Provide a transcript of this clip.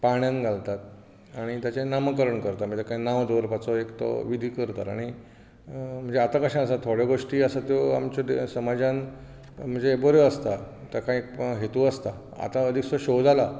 पाळण्यांत घालतात आनी ताचें नामकरण करतात म्हणजे ताका नांव दवरपाचो एक तो विधी करतात आनी म्हणजे आतां कशें आसा थोड्यो गोश्टी आसात त्यो आमचे समाजांत म्हणजे बऱ्यो आसतात ताका एक हेतू आसता आतां हो अदीकसो शो जाला